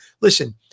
listen